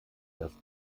das